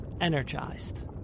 energized